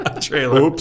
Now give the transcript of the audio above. Trailer